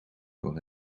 voor